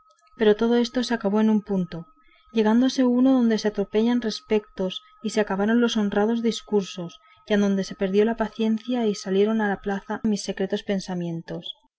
pero todo esto se acabó en un punto llegándose uno donde se atropellaron respectos y se acabaron los honrados discursos y adonde se perdió la paciencia y salieron a plaza mis secretos pensamientos